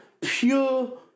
pure